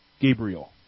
Gabriel